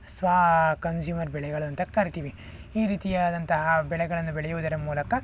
ಸ್ವ ಕನ್ಸ್ಯೂಮರ್ ಬೆಳೆಗಳು ಅಂತ ಕರಿತೀವಿ ಈ ರೀತಿ ಆದಂತಹ ಬೆಳೆಗಳನ್ನು ಬೆಳೆಯುವುದರ ಮೂಲಕ